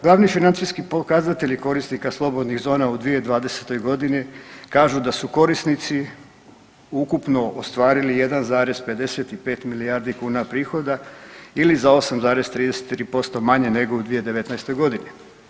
Glavni financijski pokazatelji korisnika slobodnih zona u 2020. godini kažu da su korisnici ukupno ostvarili 1,55 milijardi kuna prihoda ili za 8,33% manje nego u 2019. godini.